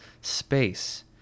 space